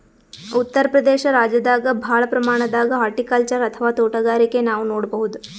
ಉತ್ತರ್ ಪ್ರದೇಶ ರಾಜ್ಯದಾಗ್ ಭಾಳ್ ಪ್ರಮಾಣದಾಗ್ ಹಾರ್ಟಿಕಲ್ಚರ್ ಅಥವಾ ತೋಟಗಾರಿಕೆ ನಾವ್ ನೋಡ್ಬಹುದ್